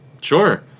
Sure